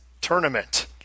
Tournament